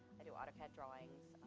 i do autocad drawings,